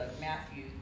Matthew